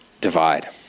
divide